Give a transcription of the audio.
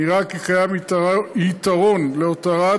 נראה כי קיים יתרון להותרת